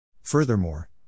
Furthermore